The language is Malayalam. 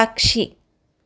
പക്ഷി